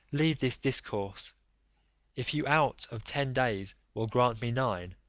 leave this discourse if you out of ten days will grant me nine,